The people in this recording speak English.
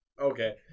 Okay